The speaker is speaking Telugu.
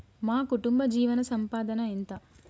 మా కుటుంబ జీవన సంపాదన ఎంత?